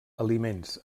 aliments